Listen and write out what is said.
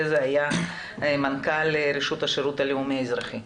זה היה מנכ"ל רשות השירות הלאומי אזרחי.